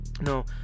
no